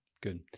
Good